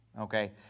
Okay